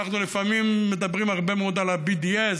ואנחנו לפעמים מדברים הרבה מאוד על ה-BDS,